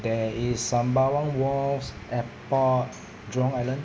there is sembawang wharves airport jurong island